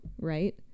right